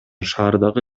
шаардагы